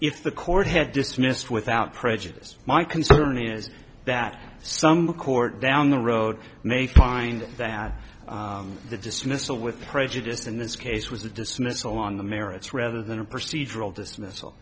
if the court had dismissed without prejudice my concern is that some court down the road may find that the dismissal with prejudiced in this case was a dismissal on the merits rather than a procedural dism